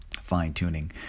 fine-tuning